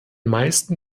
meisten